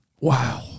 Wow